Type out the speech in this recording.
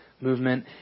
movement